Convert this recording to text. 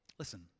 Listen